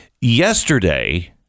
yesterday